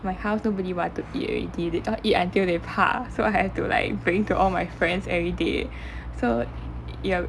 my house nobody want to eat already they all eat until they 怕 so I have to like bring to all my friends everyday so ya